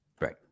Right